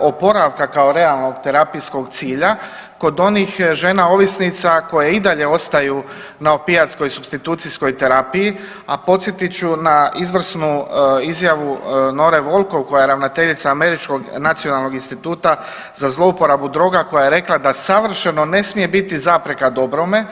oporavka kao realnog terapijskog cilja kod onih žena ovisnica koje i dalje ostaju na opijatskoj supstitucijskoj terapiji, a podsjetit ću na izvrnu izjavu Nore Volkow koja je ravnateljica Američkog nacionalnog instituta za zlouporabu droga koja je rekla da savršeno ne smije biti zapreka dobrome.